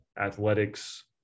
athletics